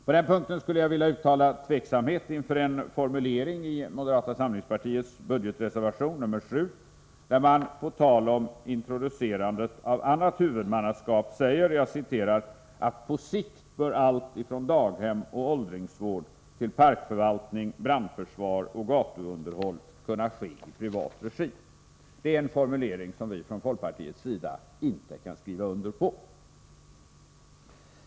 På den punkten skulle jag vilja uttala en tveksamhet inför en formulering i moderata samlingspartiets budgetreservation, nr 7, där man på tal om introducerande av annat huvudmannaskap säger: ”På sikt bör ——— allt, ifrån daghem och åldringsvård till parkförvaltning, brandförsvar och gatuunderhåll, kunna ske i privat regi.” Det är en formulering som vi från folkpartiets sida inte kan skriva under.